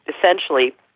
essentially